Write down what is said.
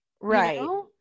Right